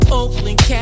Oakland